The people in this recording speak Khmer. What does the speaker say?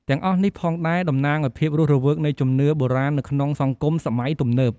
ទាំងអស់នេះផងដែរតំណាងឱ្យភាពរស់រវើកនៃជំនឿបុរាណនៅក្នុងសង្គមសម័យទំនើប។